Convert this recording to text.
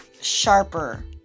sharper